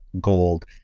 gold